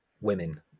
women